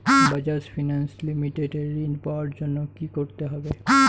Bajaj finance limited এ ঋন পাওয়ার জন্য কি করতে হবে?